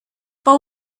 but